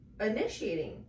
initiating